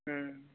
ம்